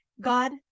God